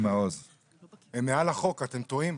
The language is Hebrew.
הם מעל החוק, אתם טועים.